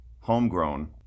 Homegrown